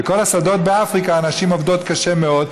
אני רוצה להגיד לך שבכל השדות באפריקה הנשים עובדות קשה מאוד,